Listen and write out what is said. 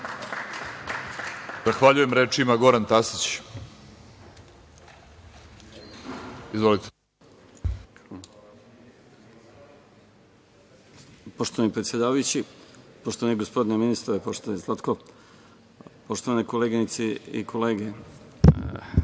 Zahvaljujem. Reč ima Goran Tasić. Izvolite.